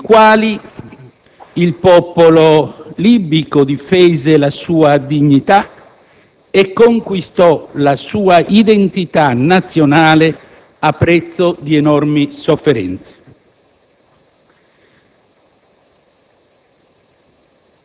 anni nei quali il popolo libico difese la sua dignità e conquistò la sua identità nazionale a prezzo di enormi sofferenze.